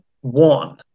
one